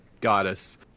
goddess